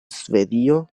svedio